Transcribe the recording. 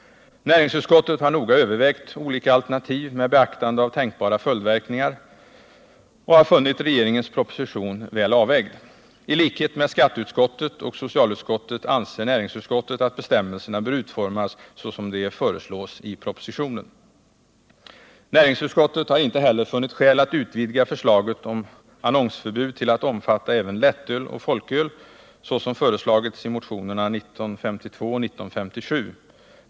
Näringsutskottet har noga övervägt olika alternativ med beaktande av tänkbara följdverkningar och har funnit regeringens proposition väl avvägd. I likhet med skatteutskottet och socialutskottet anser näringsutskottet att bestämmelserna bör utformas så som de föreslås i propositionen. Näringsutskottet har inte heller funnit skäl att utvidga förslaget om annonsförbud till att omfatta även lättöl och folköl, såsom föreslagits i motionerna 1952 och 1957.